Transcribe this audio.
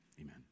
Amen